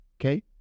Okay